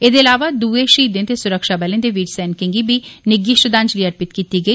एह्दे अलावा दुए शहीदें ते सुरक्षाबलें दे वीर सैनिकें गी बी निग्घी श्रद्धांजलि अर्पित कीती गेई